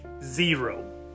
zero